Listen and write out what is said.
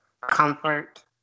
comfort